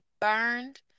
burned